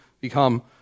become